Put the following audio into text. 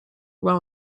well